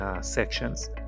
sections